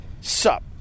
Sup